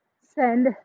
send